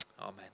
Amen